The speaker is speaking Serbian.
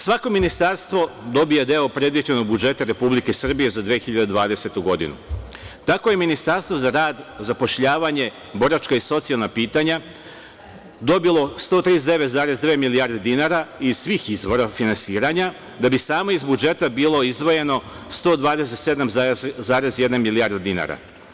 Svako ministarstvo dobija deo predviđenog budžeta Republike Srbije za 2020. godinu, tako je Ministarstvo za rad, zapošljavanje, boračka i socijalna pitanja, dobilo 139,2 milijarde dinara iz svih izvora finansiranja, da bi samo iz budžeta bilo izdvojeno 127,1 milijarda dinara.